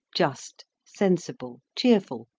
just, sensible, cheerful,